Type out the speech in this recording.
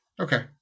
Okay